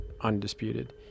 undisputed